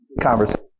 conversation